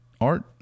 Art